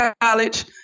college